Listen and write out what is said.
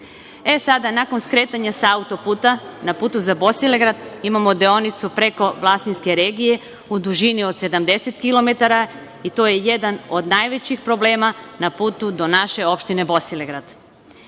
nakon sretanja sa auto-puta, na putu za Bosilegrad imamo deonicu preko Vlasinske regije u dužini od 70 km i to je jedan od najvećih problema na putu do naše opštine Bosilegrad. Imajući